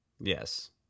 Yes